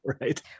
right